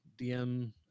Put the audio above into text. DM